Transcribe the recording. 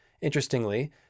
Interestingly